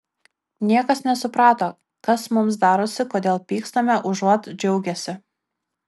niekas nesuprato kas mums darosi kodėl pykstame užuot džiaugęsi